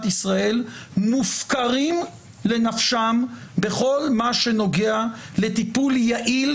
ישראל מופקרים לנפשם בכל מה שנוגע לטיפול יעיל,